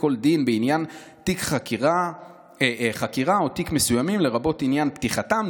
כל דין בעניין חקירה או תיק מסוימים לרבות עניין פתיחתם,